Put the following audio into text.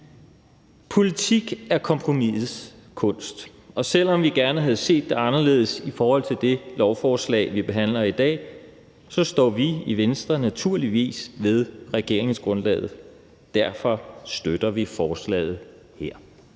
Politik er kompromisets kunst, og selv om vi gerne havde set det anderledes i forhold til det lovforslag, vi behandler i dag, så står vi i Venstre naturligvis ved regeringsgrundlaget. Derfor støtter vi forslaget her.